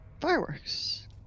Fireworks